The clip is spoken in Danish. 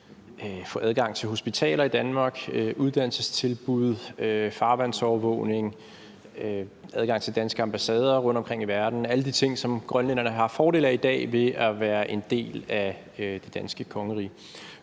få adgang til hospitaler og uddannelsestilbud i Danmark, få farvandsovervågning og få adgang til danske ambassader rundtomkring i verden, altså alle de ting, som grønlænderne har fordel af i dag ved at være en del af det danske kongerige.